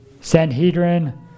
Sanhedrin